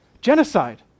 genocide